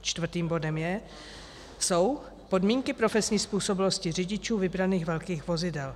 Čtvrtým bodem jsou podmínky profesní způsobilosti řidičů vybraných velkých vozidel.